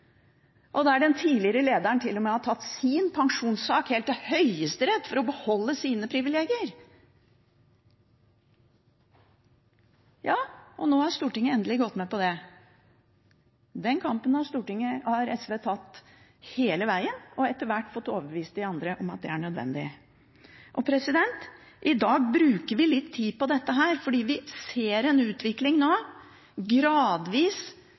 og der den tidligere lederen til og med har tatt sin pensjonssak helt til Høyesterett for å beholde sine privilegier. Og nå har Stortinget endelig gått med på det. Den kampen har SV tatt hele vegen og etter hvert fått overbevist de andre om at er nødvendig. I dag bruker vi litt tid på dette fordi vi ser en utvikling nå, gradvis,